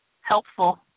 helpful